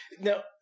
now